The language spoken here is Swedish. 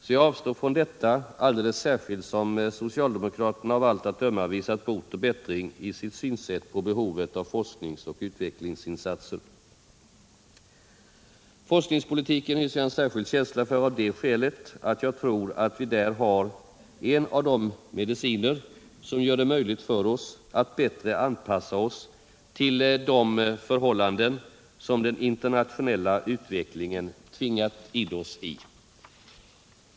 Så jag avstår från detta, alldeles särskilt som socialdemokraterna av allt att döma visat bot och bättring i sitt synsätt på behovet av forskningsoch utvecklingsinsatser. Forskningspolitiken hyser jag en särskild känsla för av det skälet att jag tror att vi där har en av de mediciner som gör det möjligt för oss att bättre anpassa oss till de förhållanden som den internationella utvecklingen tvingat oss in i.